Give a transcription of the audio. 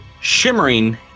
shimmering